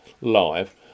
live